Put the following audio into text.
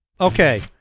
Okay